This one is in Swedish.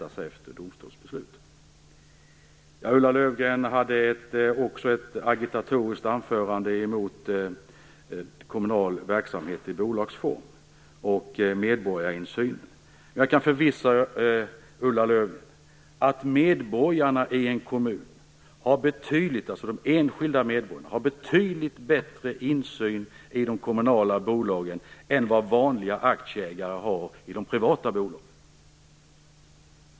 På den punkten delar jag Ola Ulla Löfgren hade ett agitatoriskt anförande mot kommunal verksamhet i bolagsform och medborgarinsynen. Jag kan försäkra Ulla Löfgren om att de enskilda medborgarna i en kommun har betydligt bättre insyn i de kommunala bolagen än vad vanliga aktieägare har i de privata bolagen.